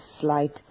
slight